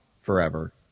forever